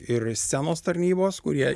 ir scenos tarnybos kurie